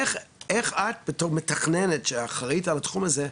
איך את בתור מתכננת שאחראית על התחום הזה,